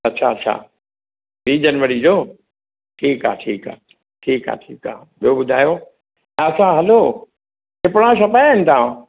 अच्छा अच्छा ॿी जनवरी जो ठीकु आहे ठीकु आहे ठीकु आहे ठीकु आहे ॿियो ॿुधायो असां हैलो टिपणा छपाया आहिनि तव्हां